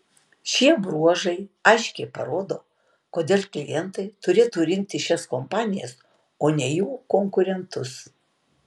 šie bruožai aiškiai parodo kodėl klientai turėtų rinktis šias kompanijas o ne jų konkurentus